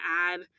add